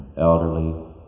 Elderly